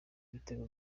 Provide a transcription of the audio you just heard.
ibitego